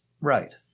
Right